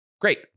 great